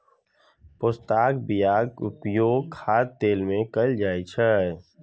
पोस्ताक बियाक उपयोग खाद्य तेल मे कैल जाइ छै